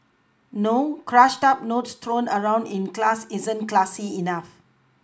no crushed up notes thrown around in class isn't classy enough